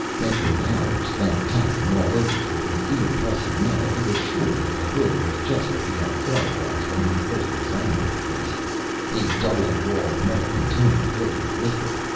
after an hour spent tapping all over with his ear pressed to the metal he was sure that the hood was just what he had thought it was when he first examined the thing a double-walled metal container filled with liquid.